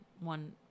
one